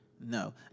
No